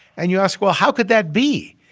and you ask, well, how could that be?